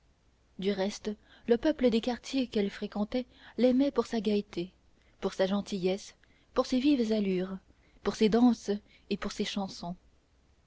du reste le peuple des quartiers qu'elle fréquentait l'aimait pour sa gaieté pour sa gentillesse pour ses vives allures pour ses danses et pour ses chansons